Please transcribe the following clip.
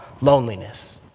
loneliness